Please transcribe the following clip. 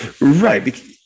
Right